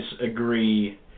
agree